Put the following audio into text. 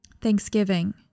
Thanksgiving